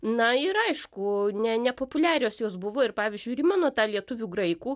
na ir aišku ne nepopuliarios jos buvo ir pavyzdžiui ir į mano tą lietuvių graikų